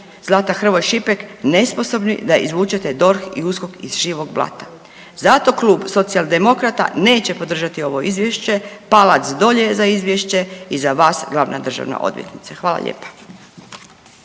Zlata Hrvoj Šipek nesposobni da izvučete DORH i USKOK iz živog blata. Zato Klub Socijaldemokrata neće podržati ovo izvješće, palac dolje za izvješće i za vas glavna državna odvjetnice. Hvala lijepa.